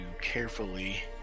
carefully